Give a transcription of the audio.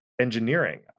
engineering